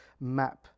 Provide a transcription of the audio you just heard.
map